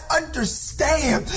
understand